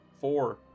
Four